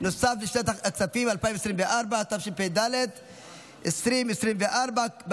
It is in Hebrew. התשפ"ד 2024,